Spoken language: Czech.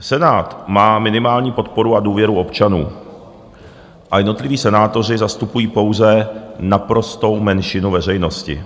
Senát má minimální podporu a důvěru občanů a jednotliví senátoři zastupují pouze naprostou menšinu veřejnosti.